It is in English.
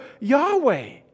Yahweh